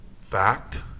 fact